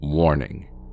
Warning